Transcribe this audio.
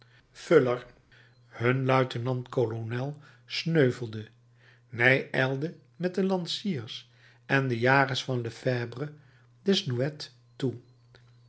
fuller hun luitenant kononel sneuvelde ney ijlde met de lanciers en de jagers van lefèbvre desnouettes toe